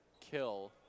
kill